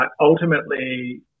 ultimately